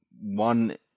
one